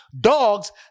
dogs